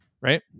right